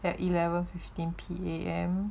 at a eleven fifteen P_M